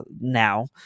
now